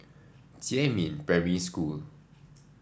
Jiemin Primary School